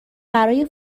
برای